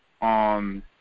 on